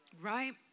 Right